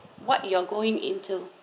what you are going into